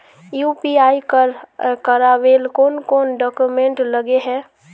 UPI कर करावेल कौन कौन डॉक्यूमेंट लगे है?